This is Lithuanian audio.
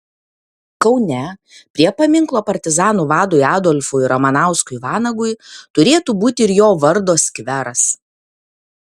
kaune prie paminklo partizanų vadui adolfui ramanauskui vanagui turėtų būti ir jo vardo skveras